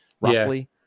roughly